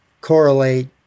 correlate